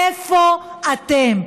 איפה אתם?